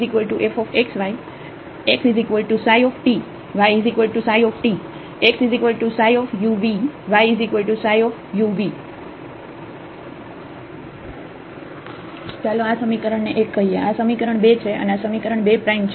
zf x y xϕ y ψ xϕ u v y ψ u v ચાલો આ સમીકરણને 1 કહીએ અહીં આ સમીકરણ 2 છે અને આ સમીકરણ 2 પ્રાઈમ છે